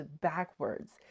backwards